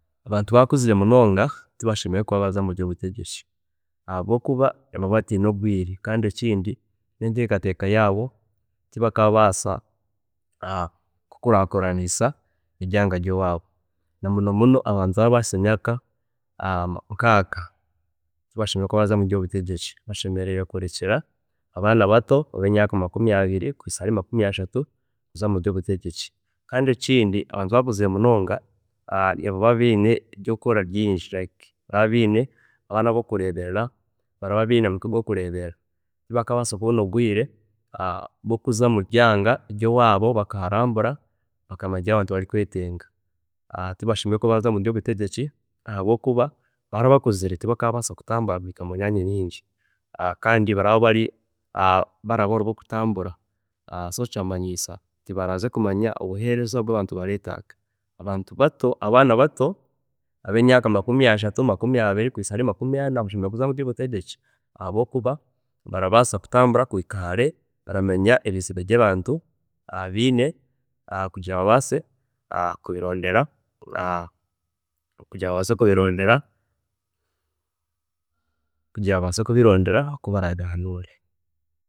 ﻿Abantu bakuzire munonga tibashemereire kuza mubyobutegyeki habwokuba nibaba batiine obwiire kandi nekindi enteekateeka yaabo tekabaasa kukuraakuranisa ebyanga byowaabo na muno muno abantu abaraba bahisize emyaaka nkaaga, tibashemereire kuba baraza mubyobutegyeki, bashemereire kuba bararekyera abaana bato abeine emyaaka makumi abiri kuhisya ahamyaaka ashatu bakaza mubyobutegyeki. Kandi ekindi abantu abakuzire munonga nibaba biine ebyokukora bingi, like nibaba biine abaana bokureeberera, baraba biine amaka gokureeberera, tibakabaasa kubona obwwire bwokuza mubyanga byowaabo bakamanya ebi abantu baraba baretenga, tibashemereire kuza mubyobutegyeki ahabwokuba baraba bakuzire tibakabaasa kutambura kuhika omumyaanya mingi kandi baraba bari abooro bokutambura, so kyamanyiisa tibaraaze kumanya obuheereza obu abantu baretaaga, abantu bato abaana bato emyaaka makumi abiri, makumi ashatu kuhisa ahari makumi ana, nibo bashemereire kuza omubyobutegyeki habwokuba barabaasa kutambura kuhika hare, baramanya ebizibu ebi abantu biine kugira ngu babaase kubirondera, kugira ngu babaase kubirondera kugira ngu babaase kubirondera kugira ngu babaase kubirondera kubananure.